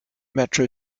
metro